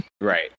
Right